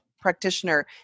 practitioner